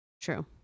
True